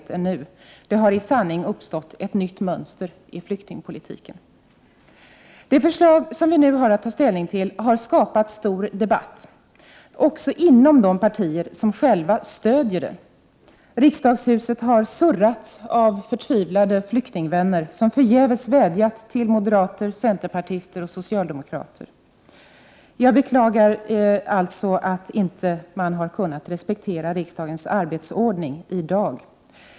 Det 31 maj 1989 har i sanning uppstått ett nytt mönster i flyktingpolitiken. Det förslag som vi nu har att ta ställning till har skapat stor debatt, också inom de partier som själva stöder det. Riksdagshuset har surrat av förtvivlade flyktingvänner som förgäves vädjat till moderater, centerpartister och socialdemokrater; jag beklagar att man inte har kunnat respektera arbetsordningen i dag.